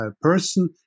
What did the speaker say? person